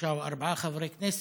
שלושה או ארבעה חברי כנסת,